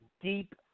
deep